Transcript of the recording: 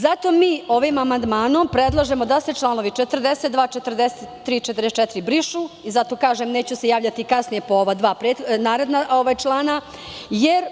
Zato ovim amandmanom predlažemo da se članovi 42, 43. i 44. brišu, neću se javljati kasnije po ova dva naredna člana, jer